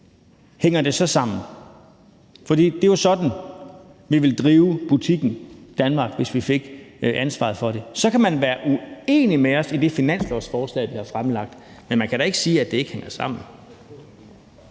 hænger sammen, for det er jo sådan, vi ville drive butikken Danmark, hvis vi fik ansvaret for den. Så kan man være uenig med os i det finanslovsforslag, vi har fremsat, men man kan da ikke sige, at det ikke hænger sammen.